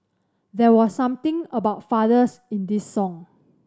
there was something about fathers in this song